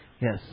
Yes